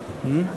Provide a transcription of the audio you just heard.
כן,